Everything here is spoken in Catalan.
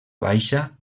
baixa